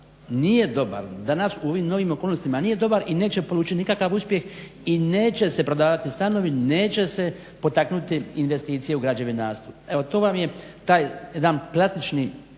nije dobar, danas u ovim novim okolnostima nije dobar i neće polučit nikakav uspjeh i neće se prodavati stanovi, neće se potaknuti investicije u građevinarstvu. Evo to vam je taj jedan … primjer